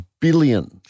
billion